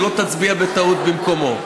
שלא תצביע בטעות במקומו.